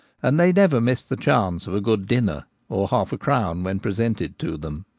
and they never miss the chance of a good dinner or half-a-crown when presented to them.